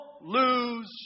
lose